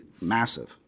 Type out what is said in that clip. massive